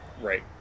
right